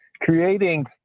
creating